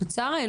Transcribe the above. לצערנו,